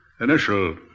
Initial